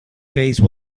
face